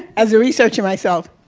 as a researcher myself,